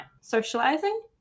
socializing